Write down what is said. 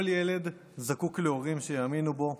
כל ילד זקוק להורים שיאמינו בו,